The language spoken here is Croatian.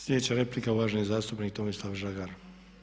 Sljedeća replika uvaženi zastupnik Tomislav Žagar.